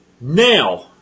now